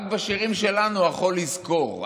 רק בשירים שלנו החול יזכור.